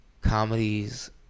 comedies